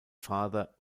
father